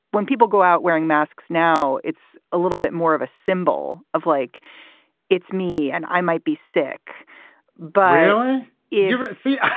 when people go out wearing masks now, it's a little bit more of a symbol of like it's me and i might be sick baila even. see?